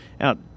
out